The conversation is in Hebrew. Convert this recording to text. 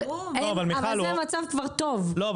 אבל זה מצב כבר טוב --- לא,